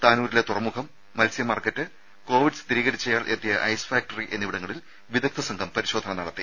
താനൂരിലെ തുറമുഖം മത്സ്യമാർക്കറ്റ് കോവിഡ് സ്ഥിരീകരിച്ചയാൾ എത്തിയ ഐസ് ഫാക്ടറി എന്നിവിടങ്ങളിൽ വിദഗ്ദ്ധസംഘം പരിശോധന നടത്തി